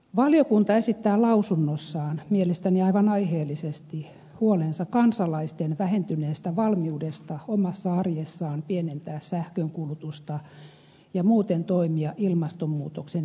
valiokunta esittää lausunnossaan mielestäni aivan aiheellisesti huolensa kansalaisten vähentyneestä valmiudesta omassa arjessaan pienentää sähkönkulutusta ja muuten toimia ilmastonmuutoksen hillitsemiseksi